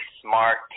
smart